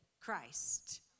Christ